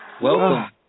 welcome